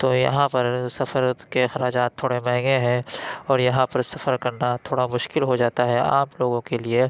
تو یہاں پر سفر کے اخراجات تھوڑے مہنگے ہیں اور یہاں پر سفر کرنا تھوڑا مشکل ہو جاتا ہے عام لوگوں کے لیے